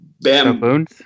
bam